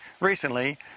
recently